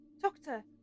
Doctor